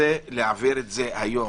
רוצה להעביר את זה היום.